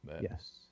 Yes